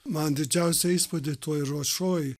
man didžiausią įspūdį toj ruošoj